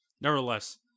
nevertheless